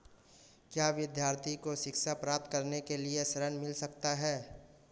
क्या विद्यार्थी को शिक्षा प्राप्त करने के लिए ऋण मिल सकता है?